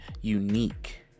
unique